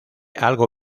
algo